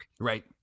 Right